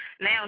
Now